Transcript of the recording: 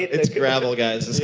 it's gravel guys,